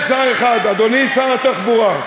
יש שר אחד, אדוני שר התחבורה,